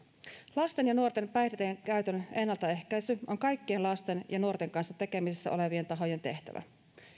lasten ja nuorten päihteidenkäytön ennaltaehkäisy on kaikkien lasten ja nuorten kanssa tekemisissä olevien tahojen tehtävä